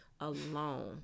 alone